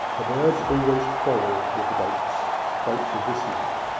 the birds always quarrel with the boats boats of this make,